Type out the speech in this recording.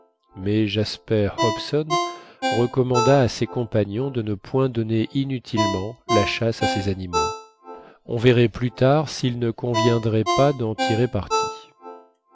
mais jasper hobson recommanda à ses compagnons de ne point donner inutilement la chasse à ces animaux on verrait plus tard s'il ne conviendrait pas d'en tirer parti